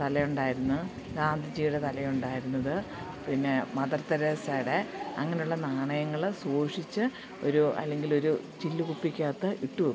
തലയുണ്ടായിരുന്നു ഗാന്ധിജിയുടെ തലയുണ്ടായിരുന്നത് പിന്നെ മദർ തെരേസയുടെ അങ്ങനെയുള്ള നാണയങ്ങൾ സൂക്ഷിച്ച് ഒരു അല്ലെങ്കിലൊരു ചില്ല് കുപ്പിക്കകത്ത് ഇട്ടു വെക്കും